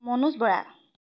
Manoj Bora